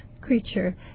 creature